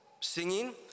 singing